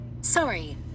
Sorry